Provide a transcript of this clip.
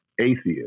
atheist